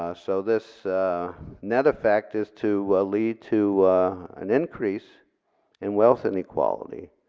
ah so this net effect is to lead to an increase in wealth and equality.